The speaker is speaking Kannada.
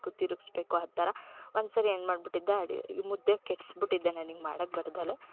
ತಿರುಗಿಸ್ಬೇಕು ಆ ಥರ ಒಂದ್ಸರಿ ಏನು ಮಾಡ್ಬಿಟ್ಟಿದ್ದೆ ಅಡಿ ಮುದ್ದೆ ಕೆಡಿಸ್ಬಿಟ್ಟಿದ್ದೆ ನನಗ್ ಮಾಡೋಕ್ ಬರ್ದಲೆ